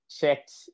checked